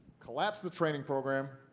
collapse the training program.